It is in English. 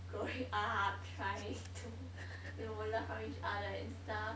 growing up trying to you know learn from each other and stuff